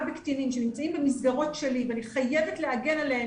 בקטינים שנמצאים במסגרות שלי ואני חייבת להגן עליהם